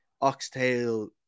oxtail